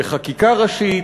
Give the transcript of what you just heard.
בחקיקה ראשית,